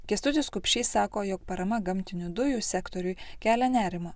kęstutis kupšys sako jog parama gamtinių dujų sektoriui kelia nerimą